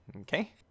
Okay